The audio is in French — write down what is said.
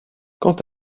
quant